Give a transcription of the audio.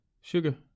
Sugar